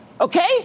okay